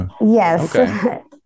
Yes